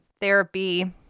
therapy